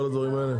כל הדברים האלה?